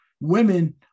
women